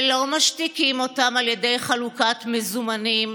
ולא משתיקים אותם על ידי חלוקת מזומנים.